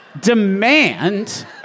demand